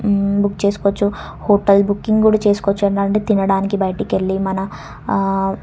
book చేసుకోవచ్చు hotel booking కూడా చేసుకోవచ్చు ఏంటంటే తినడానికి బయటకి వెళ్ళి మన